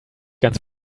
ganz